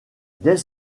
dès